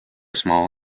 small